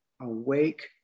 awake